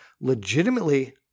legitimately